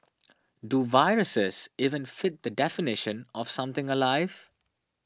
do viruses even fit the definition of something alive